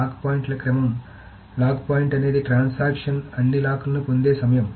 lock పాయింట్ల క్రమం కాబట్టి లాక్ పాయింట్ అనేది ట్రాన్సాక్షన్ అన్ని లాక్లను పొందే సమయం